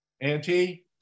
Auntie